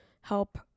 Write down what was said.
help